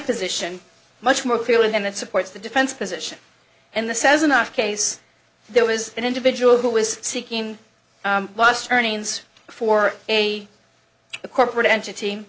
position much more clearly then that supports the defense position and the says in our case there was an individual who was seeking lost earnings for a corporate entity